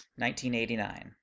1989